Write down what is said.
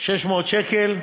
600 שקל,